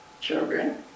children